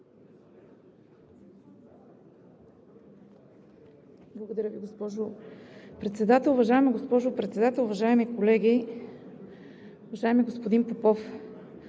Благодаря Ви, госпожо Председател. Уважаема госпожо Председател, уважаеми колеги! Уважаеми господин Попов,